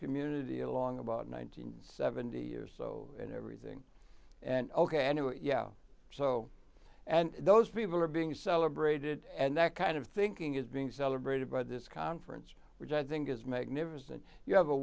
community along about nine hundred seventy or so and everything and ok i knew it yeah so and those people are being celebrated and that kind of thinking is being celebrated by this conference which i think is magnificent you have a